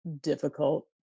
difficult